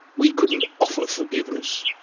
we couldn't offer forgiveness.